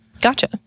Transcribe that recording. Gotcha